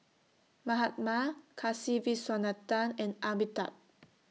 Mahatma Kasiviswanathan and Amitabh